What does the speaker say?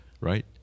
right